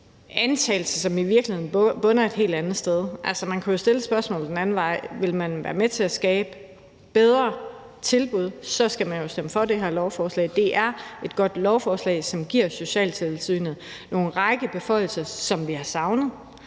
antagelser, som i virkeligheden bunder et helt andet sted. Altså, spørgsmålet kunne jo også stilles den anden vej: Vil man være med til at skabe bedre tilbud, for så skal man jo stemme for det her lovforslag? Det er et godt lovforslag, som giver socialtilsynet en række beføjelser, som vi har savnet.